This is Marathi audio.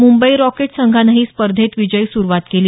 मुंबई रॉकेट्स संघानंही स्पर्धेत विजयी सुरुवात केली